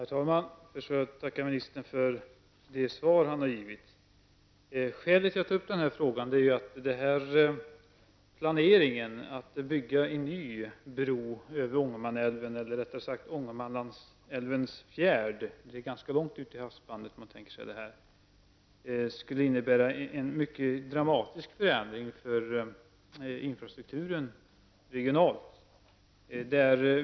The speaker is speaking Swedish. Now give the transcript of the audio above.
Herr talman! Först vill jag tacka ministern för det svar han har givit. Skälet till att jag tar upp den här frågan är att planerna på att bygga en ny bro över Ångermanälven, eller rättare sagt över Ångermanälvens fjärd -- det är nämligen ganska långt ut i havsbandet som man tänker sig bron -- skulle innebära en mycket dramatisk förändring för infrastrukturen regionalt.